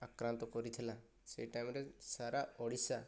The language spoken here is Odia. ଆକ୍ରାନ୍ତ କରିଥିଲା ସେଇଟା ଗୋଟେ ସାରା ଓଡ଼ିଶା